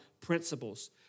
principles